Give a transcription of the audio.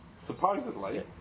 Supposedly